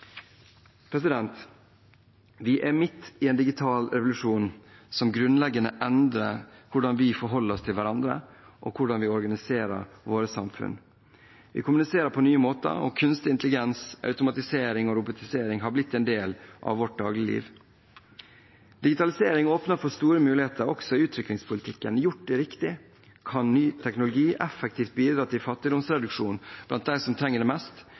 Vi er midt i en digital revolusjon som grunnleggende endrer hvordan vi forholder oss til hverandre, og hvordan vi organiserer våre samfunn. Vi kommuniserer på nye måter, og kunstig intelligens, automatisering og robotisering har blitt en del av vårt dagligliv. Digitalisering åpner for store muligheter, også i utviklingspolitikken. Gjort riktig kan ny teknologi effektivt bidra til fattigdomsreduksjon blant dem som trenger det mest,